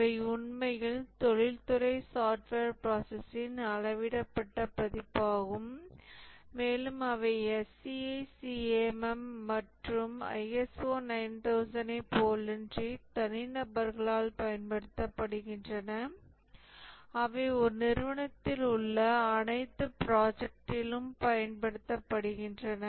இவை உண்மையில் தொழில்துறை சாஃப்ட்வேர் ப்ராசஸ்ஸின் அளவிடப்பட்ட பதிப்பாகும் மேலும் அவை SEI CMM மற்றும் ISO 9000 ஐப் போலன்றி தனிநபர்களால் பயன்படுத்தப்படுகின்றன அவை ஒரு நிறுவனத்தில் உள்ள அனைத்து பிராஜக்டிலும் பயன்படுத்தப்படுகின்றன